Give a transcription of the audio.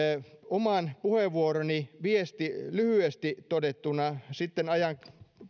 oman puheenvuoroni viesti lyhyesti todettuna sitten ajan